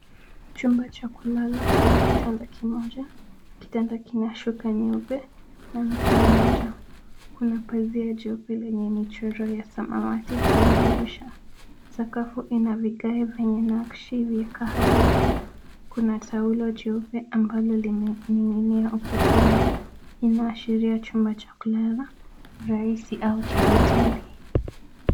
Chumba cha kulala chenye kitanda kimoja. Kitanda kina shuka nyeupe na mto mmoja. Kuna pazia jeupe yenye michoro ya samawati kwenye dirisha. Sakafu ina vigae vyenye nakshi ya kahawia. kuna taulo jeupe ambalo limening'inia ukutani. Inayoashiria chumba cha kulala rahisi au cha hoteli.